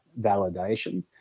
validation